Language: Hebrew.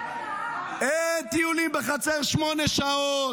אין טיולים בחצר שמונה שעות.